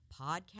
podcast